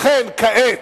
לכן, כעת,